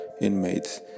inmates